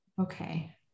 okay